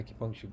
acupuncture